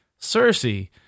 Cersei